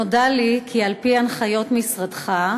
נודע לי כי על-פי הנחיות משרדך,